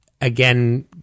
again